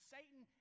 Satan